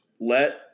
let